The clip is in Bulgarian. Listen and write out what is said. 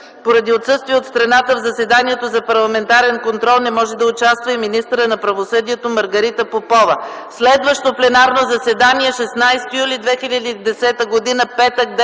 Поради отсъствие от страната в заседанието за парламентарен контрол не може да участва и министърът на правосъдието Маргарита Попова. Следващото пленарно заседание е на 16 юли 2010 г.,